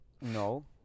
No